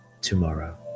tomorrow